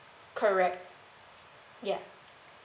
correct ya